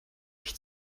ich